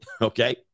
Okay